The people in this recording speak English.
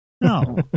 No